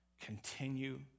Continue